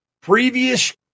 previous